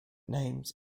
names